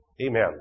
Amen